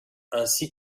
ainsi